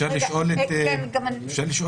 אפשר לשאול?